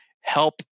help